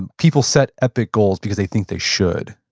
and people set epic goals because they think they should.